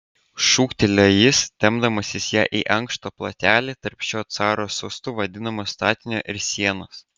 šūktelėjo jis tempdamasis ją į ankštą plotelį tarp šio caro sostu vadinamo statinio ir sienos